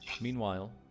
Meanwhile